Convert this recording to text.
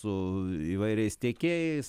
su įvairiais tiekėjais